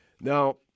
Now